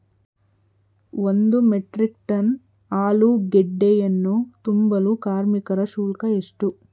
ಒಂದು metric ton ಆಲೂಗೆಡ್ಡೆಯನ್ನು ತುಂಬಲು ಕಾರ್ಮಿಕರ ಶುಲ್ಕ ಎಷ್ಟು?